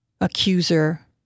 accuser